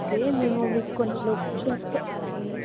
okay మేము మీకు కొన్ని లొకేషన్స్